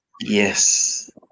Yes